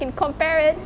I can compare it